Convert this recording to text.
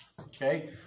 okay